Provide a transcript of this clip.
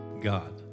God